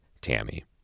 Tammy